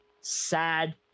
sad